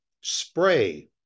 spray